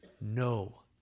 No